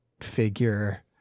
figure